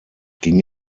ging